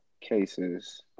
cases